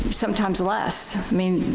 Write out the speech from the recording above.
sometimes less, i mean.